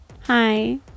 Hi